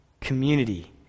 community